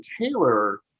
Taylor